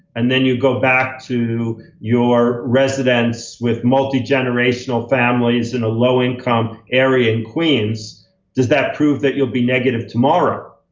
and then you go back to your residence with multigenerational families in a low income area in queens does that prove that you'll be negative tomorrow?